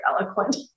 eloquent